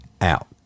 out